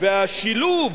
השילוב